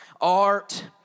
art